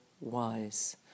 wise